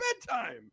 bedtime